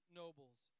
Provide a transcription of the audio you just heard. nobles